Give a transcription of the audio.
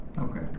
Okay